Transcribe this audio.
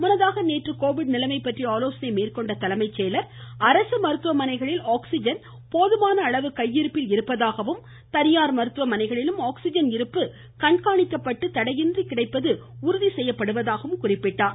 முன்னதாக நேற்று கோவிட் நிலைமை பற்றி ஆலோசனை மேற்கொண்ட அவர் அரசு மருத்துவமனைகளில் ஆக்சிஜன் போதுமான அளவு கையிருப்பில் இருப்பதாகவும் தனியார் மருத்துவமனைகளிலும் ஆக்சிஜன் இருப்பு கண்காணிக்கப்பட்டு தடையின்றி கிடைப்பது உறுதி செய்யப்படுவதாக கூறினார்